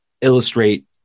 illustrate